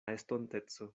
estonteco